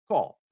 Call